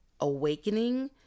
awakening